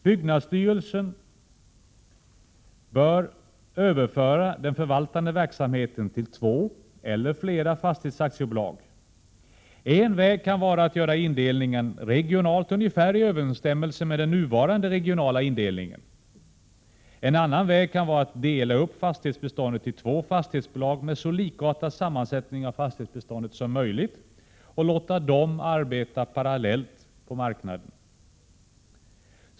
Byggnadsstyrelsen bör överföra den förvaltande verksamheten till två eller flera fastighetsaktiebolag. En väg kan vara att göra indelningen regionalt, ungefär i överensstämmelse med den nuvarande regionala indelningen. En annan väg kan vara att dela upp fastighetsbeståndet i två fastighetsbolag med så likartad sammansättning av fastighetsbeståndet som möjligt och låta dem arbeta parallellt på marknaden.